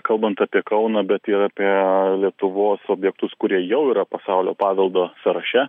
kalbant apie kauną bet ir apie lietuvos objektus kurie jau yra pasaulio paveldo sąraše